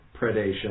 predation